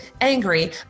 angry